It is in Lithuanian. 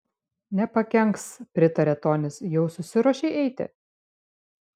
nepakenks pritarė tonis jau susiruošei eiti